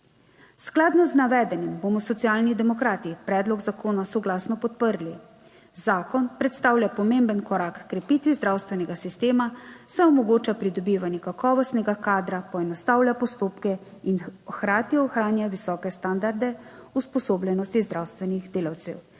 Skladno z navedenim bomo Socialni demokrati predlog zakona soglasno podprli. Zakon predstavlja pomemben korak h krepitvi zdravstvenega sistema, saj omogoča pridobivanje kakovostnega kadra, poenostavlja postopke in hkrati ohranja visoke standarde usposobljenosti zdravstvenih delavcev.